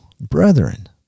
brethren